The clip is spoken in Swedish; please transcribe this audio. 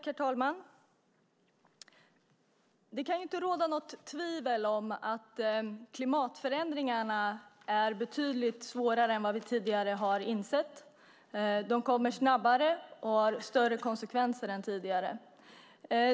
Herr talman! Det kan inte råda något tvivel om att klimatförändringarna är betydligt svårare än vi tidigare har insett. De kommer snabbare och har större konsekvenser än vi tidigare trott.